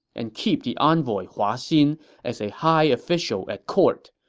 and keep the envoy hua xin as a high official at court.